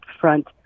front